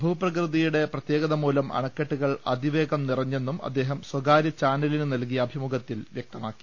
ഭൂപ്രകൃതിയുടെ പ്രത്യേകതമൂലം അണക്കെട്ടുകൾ അതിവേഗം നിറഞ്ഞെന്നും അദ്ദേഹം സ്ഥകാര്യ ചാനലിന് നൽകിയ അഭിമുഖത്തിൽ വിലയിരുത്തി